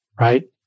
right